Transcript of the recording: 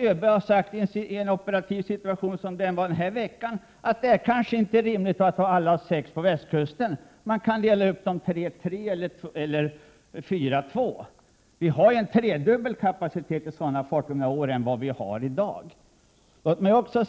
I en sådan operativ situation som den vi har den här veckan kan jag föreställa mig att ÖB skulle säga att det inte var rimligt att ha alla sex båtarna i samma område utan att de skulle delas upp tre och tre eller fyra och två. Om några år har vi tre gånger fler kustkorvetter än i